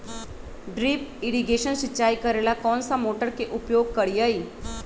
Drip irrigation सिंचाई करेला कौन सा मोटर के उपयोग करियई?